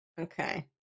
okay